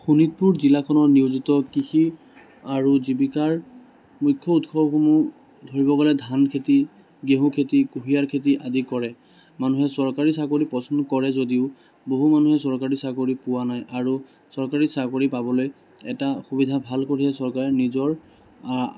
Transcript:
শোণিতপুৰ জিলাখনৰ নিয়োজিত কৃষি আৰু জীৱিকাৰ মুখ্য উৎসসমূহ ধৰিব গ'লে ধান খেতি ঘেঁহু খেতি কুঁহিয়াৰ খেতি আদি কৰে মানুহে চৰকাৰী চাকৰি পচন্দ কৰে যদিও বহু মানুহে চৰকাৰী চাকৰি পোৱা নাই আৰু চৰকাৰী চাকৰি পাবলৈ এটা সুবিধা ভাল কৰি চৰকাৰে নিজৰ